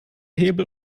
hebel